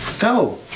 go